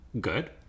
Good